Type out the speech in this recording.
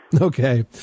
Okay